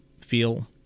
feel